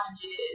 challenges